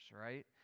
right